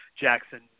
Jackson –